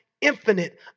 infinite